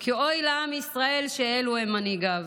כי אוי לעם ישראל שאלו הם מנהיגיו.